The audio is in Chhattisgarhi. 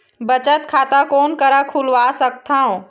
बचत खाता कोन करा खुलवा सकथौं?